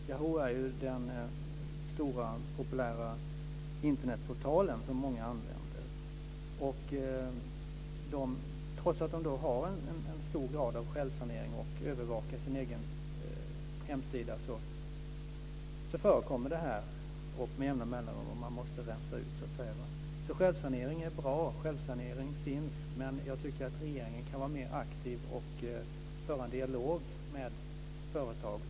Yahoo är den stora populära Internetportal som många använder. Trots att man har en hög grad av självsanering och övervakar sin egen hemsida så förekommer detta med jämna mellanrum. Man måste då rensa ut det. Självsanering är alltså bra, och självsanering finns. Men jag tycker att regeringen kan vara mer aktiv, och föra en dialog med företagen.